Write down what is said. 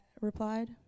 replied